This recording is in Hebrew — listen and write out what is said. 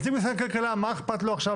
נציג משרד הכלכלה מה אכפת לו עכשיו